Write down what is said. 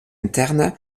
interne